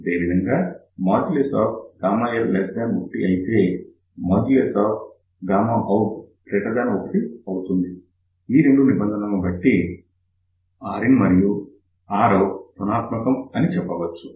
అదేవిధంగా L 1 అయితే out 1 అవుతుంది ఈ రెండు నిబంధనలను బట్టి Rin మరియు Rout నెగటివ్ అని చెప్పవచ్చు